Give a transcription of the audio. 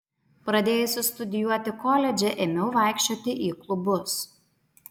pradėjusi studijuoti koledže ėmiau vaikščioti į klubus